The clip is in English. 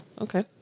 okay